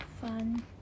Fun